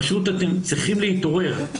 פשוט אתם צריכים להתעורר.